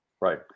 Right